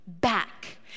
back